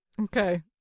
Okay